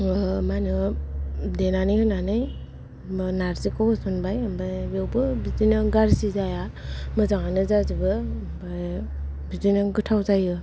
देनानै होनानैहाय मा होनो देनानै होनानै नारजिखौ होसनबाय ओमफ्राय बावबो बिदिनो गारजि जाया मोजांआनो जाजोबो ओमफ्राय बिदिनो गोथाव जायो